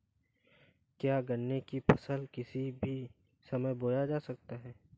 क्या गन्ने की फसल को किसी भी समय बो सकते हैं?